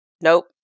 nope